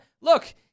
look